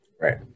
right